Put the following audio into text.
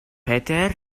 peter